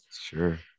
sure